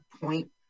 Point